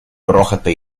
грохота